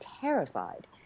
terrified